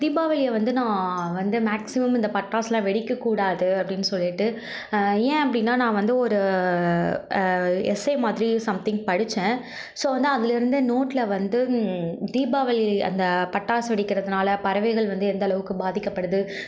தீபாவளியை வந்து நான் வந்து மேக்சிமம் இந்த பட்டாசுலாம் வெடிக்க கூடாது அப்படின்னு சொல்லிவிட்டு ஏன் அப்படின்னா நான் வந்து ஒரு எஸ்ஸே மாதிரி சம்திங் படித்தேன் ஸோ வந்து அதிலிருந்த நோட்டில் வந்து தீபாவளி அந்த பட்டாசு வெடிக்கிறதினால பறவைகள் வந்து எந்த அளவுக்கு பாதிக்கப்படுது